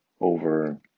over